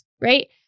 right